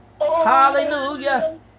hallelujah